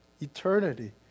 eternity